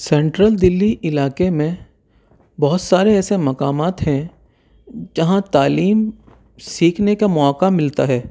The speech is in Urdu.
سینٹرل دلی علاقے میں بہت سارے ایسے مقامات ہیں جہاں تعلیم سیکھنے کا موقع ملتا ہے